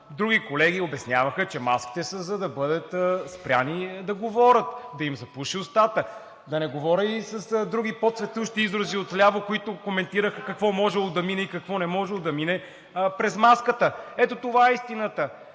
Други колеги обясняваха, че маските са, за да бъдат спрени да говорят, да им запуши устата. Да не говоря и с други по цветущи изрази отляво, които коментираха какво можело да мине и какво не можело да мине през маската. Ето това е истината.